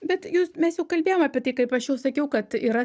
bet jūs mes jau kalbėjom apie tai kaip aš jau sakiau kad yra